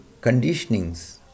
conditionings